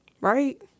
Right